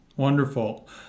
Wonderful